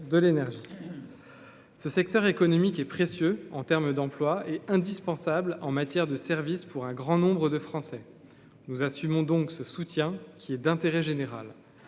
de l'énergie ce secteur économique est précieux en termes d'emploi est indispensable en matière de service pour un grand nombre de Français nous assumons donc ce soutien qui est d'intérêt général,